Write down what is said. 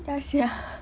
ya sia